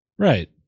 Right